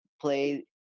play